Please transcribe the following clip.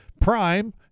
Prime